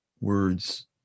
words